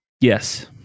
yes